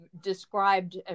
described